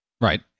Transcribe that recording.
Right